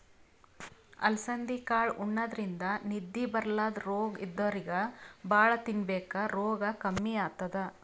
ಅಲಸಂದಿ ಕಾಳ್ ಉಣಾದ್ರಿನ್ದ ನಿದ್ದಿ ಬರ್ಲಾದ್ ರೋಗ್ ಇದ್ದೋರಿಗ್ ಭಾಳ್ ತಿನ್ಬೇಕ್ ರೋಗ್ ಕಮ್ಮಿ ಆತದ್